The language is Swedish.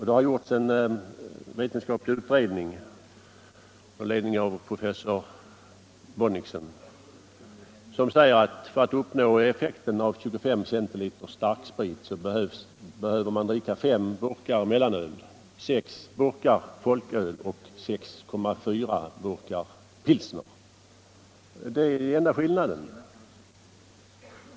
Det har gjorts en vetenskaplig utredning under ledning av professor Roger Bonnichsen som säger att för att uppnå samma effekt som 25 centiliter starksprit ger behöver man dricka 5 burkar mellanöl, 6 burkar folköl och 6,4 burkar pilsner. Det är enda skillnaden.